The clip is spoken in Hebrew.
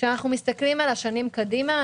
כשאנחנו מסתכלים על השנים קדימה,